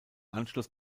anschluss